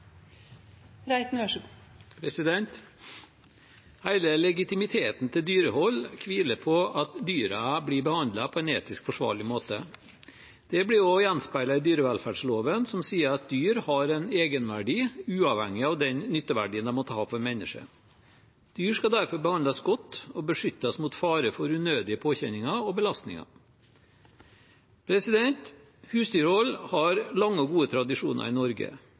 legitimiteten til dyrehold hviler på at dyrene blir behandlet på en etisk forsvarlig måte. Dette gjenspeiles også i dyrevelferdsloven, som sier at dyr har en egenverdi uavhengig av den nytteverdien de måtte ha for mennesker. Dyr skal derfor behandles godt og beskyttes mot fare for unødige påkjenninger og belastninger. Husdyrhold har lange og gode tradisjoner i Norge.